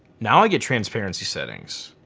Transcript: now i get transparency settings.